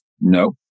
No